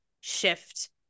shift